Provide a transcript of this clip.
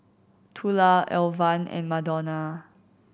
Tula Alvan and Madonna